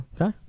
Okay